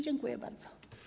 Dziękuję bardzo.